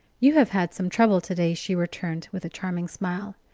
you have had some trouble to-day, she returned, with a charming smile.